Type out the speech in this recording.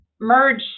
merge